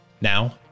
Now